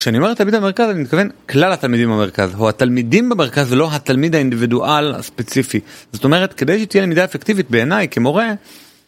כשאני אומר תלמידי המרכז, אני מתכוון כלל התלמידים במרכז, או התלמידים במרכז ולא התלמיד האינדיבידואל הספציפי. זאת אומרת, כדי שתהיה לימידה אפקטיבית בעיני כמורה...